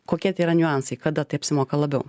kokia tie yra niuansai kada tai apsimoka labiau